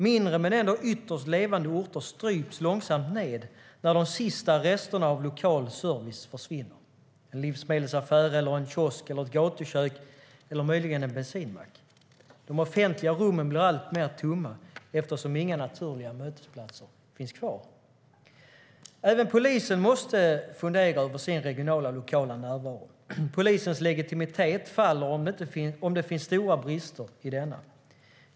Mindre men ändå ytterst levande orter stryps långsamt när de sista resterna av lokal service försvinner - en livsmedelsaffär, en kiosk, ett gatukök eller möjligen en bensinmack. De offentliga rummen blir allt tommare eftersom inga naturliga mötesplatser finns kvar. Även polisen måste fundera över sin regionala och lokala närvaro. Polisens legitimitet faller om det finns stora brister i denna.